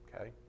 okay